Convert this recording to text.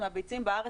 מהביצים בארץ,